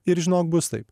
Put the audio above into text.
ir žinok bus taip